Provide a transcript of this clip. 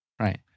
right